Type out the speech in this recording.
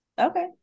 Okay